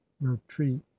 retreat